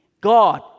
God